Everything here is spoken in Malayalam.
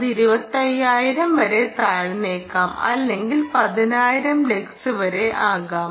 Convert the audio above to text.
അത് 25000 വരെ താഴ്ന്നേക്കാം അല്ലെങ്കിൽ 10000 ലക്സ് വരെ ആകാം